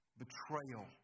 betrayal